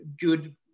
good